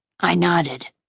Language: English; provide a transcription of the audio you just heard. i nodded.